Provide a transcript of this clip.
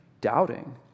doubting